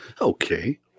okay